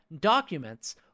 documents